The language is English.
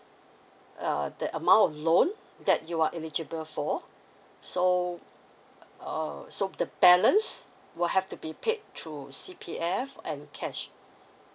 uh the amount of loan that you are eligible for so uh so the balance will have to be paid through C_P_F and cash